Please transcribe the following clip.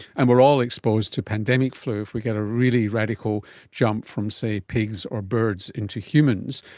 and we are all exposed to pandemic flu if we get a really radical jump from, say, pigs or birds into humans.